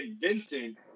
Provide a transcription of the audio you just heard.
Vincent